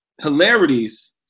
hilarities